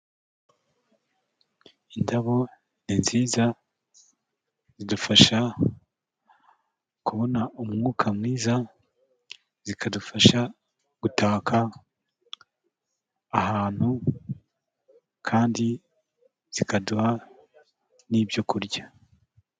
Indabo ni nziza zidufasha kubona umwuka mwiza, zikadufasha gutaka ahantu kandi zikaduha n'ibyo kurya.